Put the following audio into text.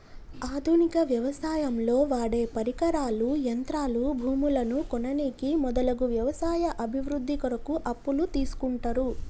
ఆధునిక వ్యవసాయంలో వాడేపరికరాలు, యంత్రాలు, భూములను కొననీకి మొదలగు వ్యవసాయ అభివృద్ధి కొరకు అప్పులు తీస్కుంటరు